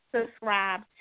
subscribe